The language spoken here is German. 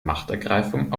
machtergreifung